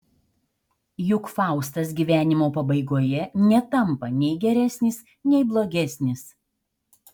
juk faustas gyvenimo pabaigoje netampa nei geresnis nei blogesnis